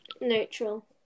Neutral